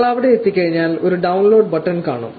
നിങ്ങൾ അവിടെ എത്തിക്കഴിഞ്ഞാൽ ഒരു ഡൌൺലോഡ് ബട്ടൺ കാണാം